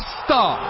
star